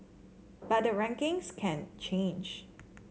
but the rankings can change